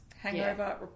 Hangover